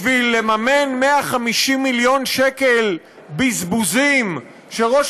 בשביל לממן 150 מיליון שקל בזבוזים שראש